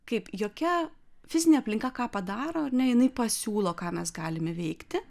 kaip jokia fizinė aplinka ką padaro ar ne jinai pasiūlo ką mes galime veikti